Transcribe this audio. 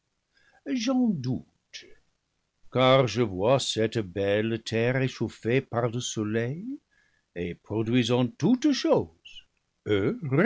j'en doute car je vois cette belle terre échauffée par le soleil et produisant toutes choses